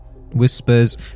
Whispers